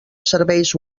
serveis